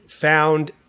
found